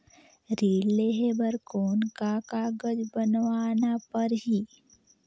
ऋण लेहे बर कौन का कागज बनवाना परही?